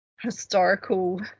historical